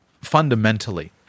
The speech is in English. fundamentally